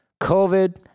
COVID